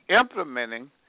implementing